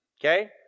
okay